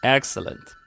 Excellent